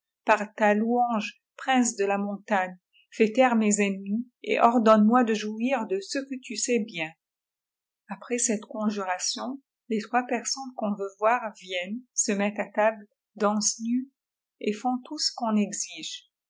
ta louange prince de la v'tnontegne fais taire mes ennemis et ordonne moi de jouir de ce ué tu sais bien après cette conjuration les trois personnes qu'on veut voir viennent se mettent à table dansent nues et font tout ce qu'on exige